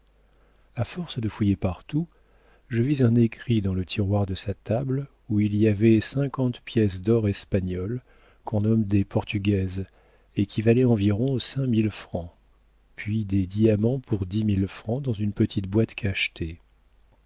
a force de fouiller partout je vis un écrit dans le tiroir de sa table où il y avait cinquante pièces d'or espagnoles qu'on nomme des portugaises et qui valaient environ cinq mille francs puis des diamants pour dix mille francs dans une petite boîte cachetée